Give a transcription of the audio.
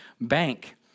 bank